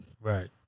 Right